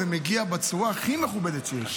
ומגיע בצורה הכי מכובדת שיש.